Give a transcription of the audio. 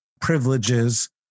privileges